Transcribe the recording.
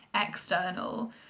external